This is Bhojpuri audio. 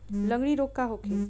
लगंड़ी रोग का होखे?